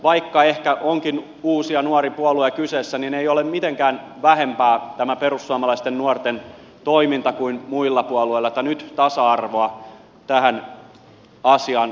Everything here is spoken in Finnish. vaikka ehkä onkin uusi ja nuori puolue kyseessä niin ei ole mitenkään vähempää tämä perussuomalaisten nuorten toiminta kuin muilla puolueilla että nyt tasa arvoa tähän asiaan ministeri arhinmäki